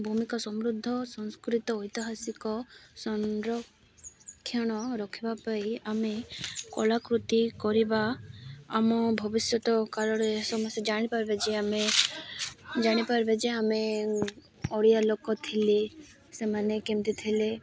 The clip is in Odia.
ଭୂମିକା ସମୃଦ୍ଧ ସଂସ୍କୃତ ଐତିହାସିକ ସଂରକ୍ଷଣ ରଖିବା ପାଇଁ ଆମେ କଳାକୃତି କରିବା ଆମ ଭବିଷ୍ୟତ କାଳରେ ସମସ୍ତେ ଜାଣିପାରିବେ ଯେ ଆମେ ଜାଣିପାରବେ ଯେ ଆମେ ଓଡ଼ିଆ ଲୋକ ଥିଲି ସେମାନେ କେମିତି ଥିଲେ